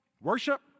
Worship